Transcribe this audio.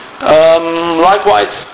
Likewise